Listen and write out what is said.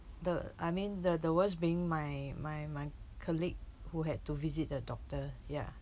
the I mean the the worst being my my my colleague who had to visit the doctor ya